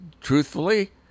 truthfully